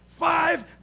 Five